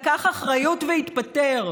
לקח אחריות והתפטר,